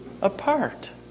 apart